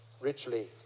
richly